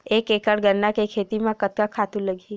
एक एकड़ गन्ना के खेती म कतका खातु लगही?